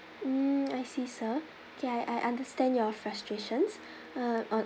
mm I see sir K I I understand your frustrations uh